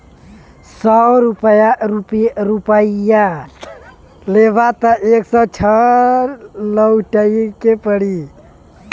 सौ रुपइया लेबा त एक सौ छह लउटाए के पड़ी